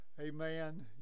Amen